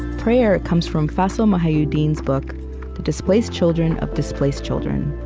prayer comes from faisal mohyuddin's book the displaced children of displaced children.